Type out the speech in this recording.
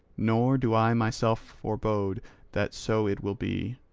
nor do i myself forbode that so it will be.